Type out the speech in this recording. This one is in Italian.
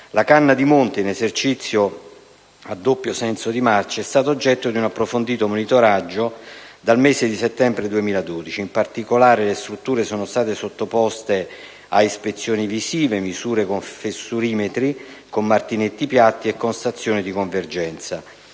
la canna di monte, in esercizio a doppio senso di marcia, è stata oggetto di un approfondito monitoraggio dal mese di settembre 2012. In particolare, le strutture sono state sottoposte a ispezioni visive, misure con fessurimetri, con martinetti piatti e con stazioni di convergenza.